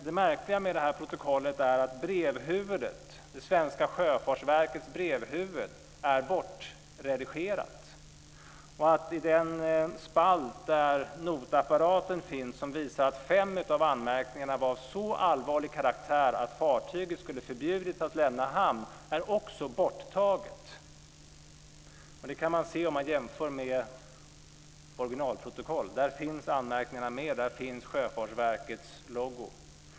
Det märkliga med protokollet är att det svenska sjöfartsverkets brevhuvud är bortredigerat och att den spalt där notapparaten finns, som visar att fem av anmärkningarna var av så allvarlig karaktär att fartyget skulle förbjudits att lämna hamn, också är borttagen. Det kan man se om man jämför med originalprotokollen. Där finns anmärkningarna och Sjöfartsverkets logotyp med.